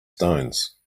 stones